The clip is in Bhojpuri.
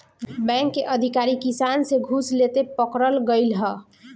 बैंक के अधिकारी किसान से घूस लेते पकड़ल गइल ह